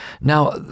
Now